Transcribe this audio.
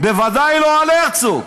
בוודאי לא על הרצוג.